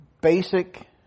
basic